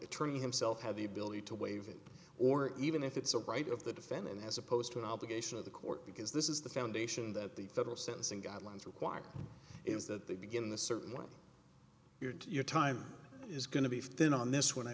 attorney himself have the ability to waive it or even if it's a right of the defendant as opposed to an obligation of the court because this is the foundation that the federal sentencing guidelines require is that they begin the certainly your time is going to be if then on this one i